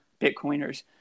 Bitcoiners